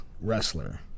wrestler